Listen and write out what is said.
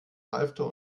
halfter